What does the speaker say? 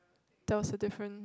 that was a different